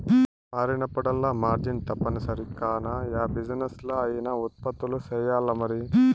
మారినప్పుడల్లా మార్జిన్ తప్పనిసరి కాన, యా బిజినెస్లా అయినా ఉత్పత్తులు సెయ్యాల్లమరి